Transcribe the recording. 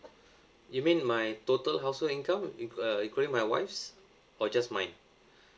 you mean my total household income in uh including my wife's or just mine